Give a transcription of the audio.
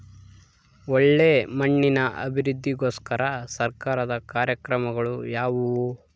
ಒಳ್ಳೆ ಮಣ್ಣಿನ ಅಭಿವೃದ್ಧಿಗೋಸ್ಕರ ಸರ್ಕಾರದ ಕಾರ್ಯಕ್ರಮಗಳು ಯಾವುವು?